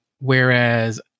Whereas